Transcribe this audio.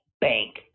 bank